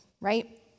right